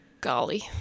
Golly